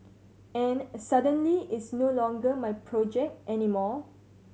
and suddenly it's no longer my project anymore